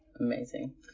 Amazing